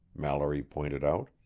mallory pointed out.